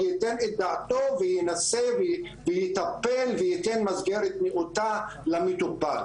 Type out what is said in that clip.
ייתן את דעתו וינסה לטפל ולתת מסגרת נאותה למטופל.